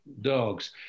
dogs